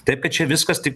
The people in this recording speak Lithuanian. taip kad čia viskas tik